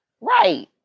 Right